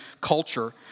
culture